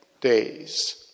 days